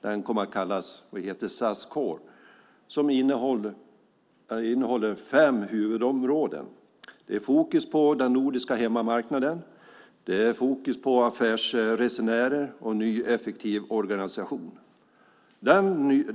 Den kom att kallas Core SAS. Planen innehåller fem huvudområden, bland annat fokus på den nordiska hemmamarknaden, fokus på affärsresenärer och en ny effektiv organisation.